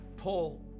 Paul